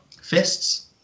fists